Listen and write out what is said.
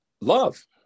love